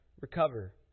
recover